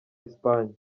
espanye